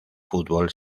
fútbol